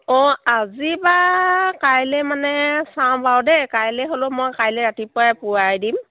অঁ আজি বা কাইলৈ মানে চাওঁ বাৰু দেই কাইলৈ হ'লেও মই কাইলৈ ৰাতিপুৱাই পুৱাই দিম